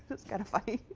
it's kind of funny.